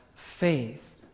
Faith